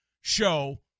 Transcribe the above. show